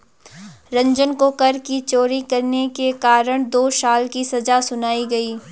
रंजन को कर की चोरी करने के कारण दो साल की सजा सुनाई गई